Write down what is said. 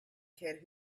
kid